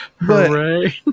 Hooray